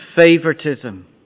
favoritism